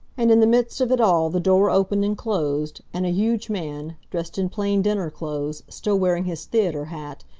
and in the midst of it all the door opened and closed, and a huge man, dressed in plain dinner clothes, still wearing his theatre hat,